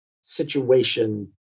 situation